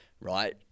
right